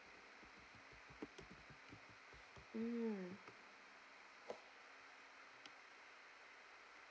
mm